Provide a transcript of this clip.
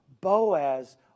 Boaz